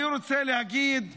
אני רוצה להגיד שנתניהו,